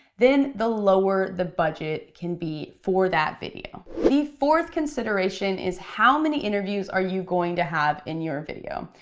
then the lower the budget can be for that video. the fourth consideration is how many interviews are you going to have in your video.